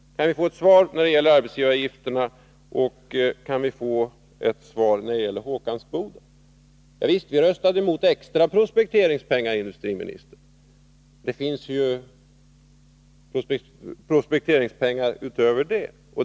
Kan vi få ett svar när det gäller arbetsgivaravgifterna? Kan vi få ett svar när det gäller Håkansboda? Javisst, herr industriminister, vi röstade mot extra prospekteringspengar. Det finns ju prospekteringspengar över.